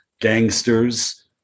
gangsters